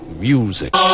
music